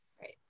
Right